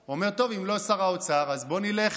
הוא אמר: טוב, אם לא שר האוצר, בוא נלך